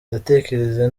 ndatekereza